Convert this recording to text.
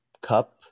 cup